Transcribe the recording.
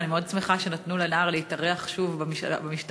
ואני מאוד שמחה שנתנו לנער להתארח שוב במשטרה.